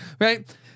right